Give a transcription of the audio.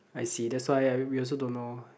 I see that's why we we also don't know